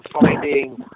finding